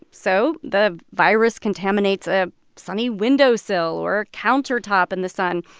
so the virus contaminates a sunny windowsill or a countertop in the sun,